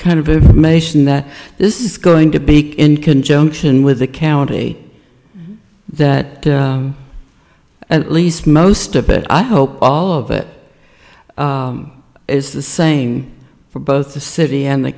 kind of information that this is going to be in conjunction with the county that at least most of it i hope all of it is the same for both the city and the